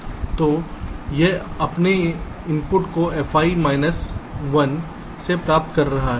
तो यह अपने इनपुट को fi माइनस 1 से प्राप्त कर रहा है